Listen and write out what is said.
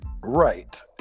Right